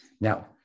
Now